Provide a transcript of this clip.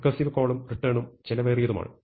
recursive കോളും റിട്ടേണും ചെലവേറിയതുമാണ്